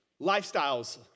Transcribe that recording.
lifestyles